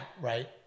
Right